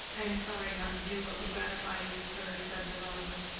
i am sorry not to do what would gratify you, sir, said deronda.